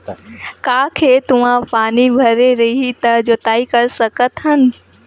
का खेत म पानी भरे रही त जोताई कर सकत हन?